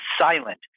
silent